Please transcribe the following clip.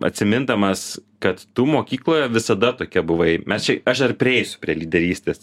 atsimindamas kad tu mokykloje visada tokia buvai mes čia aš dar prieisiu prie lyderystės